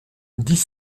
dix